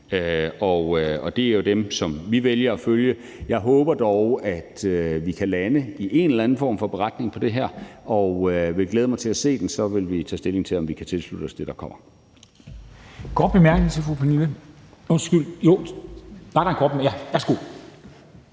og det er jo dem, som vi vælger at følge. Jeg håber dog, at vi kan lande en eller anden form for beretning på det her og vil glæde mig til at se den, og så vil vi tage stilling til, om vi kan tilslutte os det, der kommer.